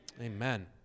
Amen